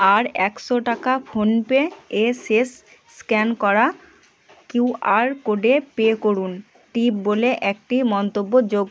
আর একশো টাকা ফোনপে এ শেষ স্ক্যান করা কিউআর কোডে পে করুন টিপ বলে একটি মন্তব্য যোগ